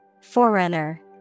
Forerunner